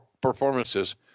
performances